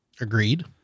Agreed